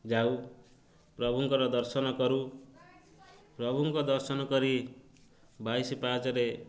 ଯାଉ ପ୍ରଭୁଙ୍କର ଦର୍ଶନ କରୁ ପ୍ରଭୁଙ୍କ ଦର୍ଶନ କରି ବାଇଶି ପାହାଚରେ